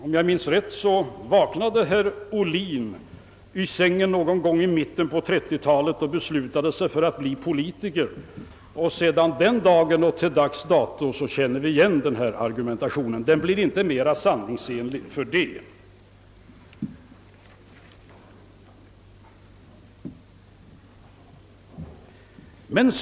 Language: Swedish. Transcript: Om jag minns rätt vaknade herr Ohlin i sin säng någon gång i mitten på 30-talet och beslutade sig för att bli politiker. Sedan den dagen och till dags datum känner vi igen denna argumentation. Den blir inte mera sanningsenlig för det.